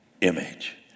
image